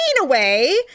away